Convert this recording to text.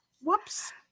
Whoops